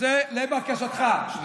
וזה לבקשתך, אבל אתה יכול להחליף אותם.